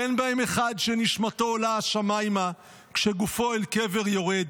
ואין בהם אחד שנשמתו עולה השמיימה כשגופו אל קבר יורד,